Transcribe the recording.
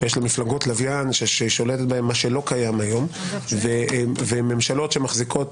יש מפלגות לווין ששולטת בהן מה שלא קיים כיום וממשלות שמחזיקות